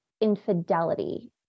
infidelity